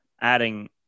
adding